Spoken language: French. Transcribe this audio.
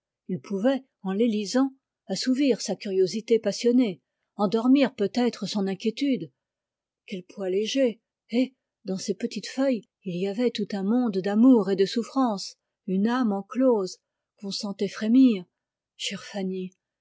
il pouvait en les lisant assouvir sa curiosité passionnée endormir peut-être son inquiétude quel poids léger et dans ces petites feuilles il y avait tout un monde d'amour et de souffrance une âme enclose qu'on sentait frémir chère fanny